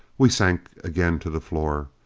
we sank again to the floor.